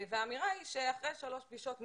והאמירה היא שאחרי שלוש פגישות,